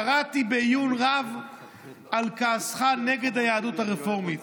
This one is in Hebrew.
קראתי בעיון רב על כעסך נגד היהדות הרפורמית,